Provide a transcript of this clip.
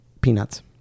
peanuts